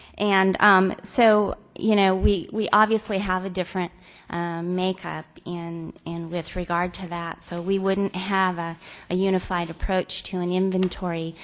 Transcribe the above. and um so, you know, we we obviously have a different makeup and with regard to that. so we wouldn't have ah a unified approach to an inventory.